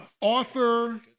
author